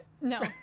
No